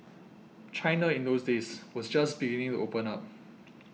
China in those days was just beginning to open up